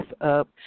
up